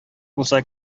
булса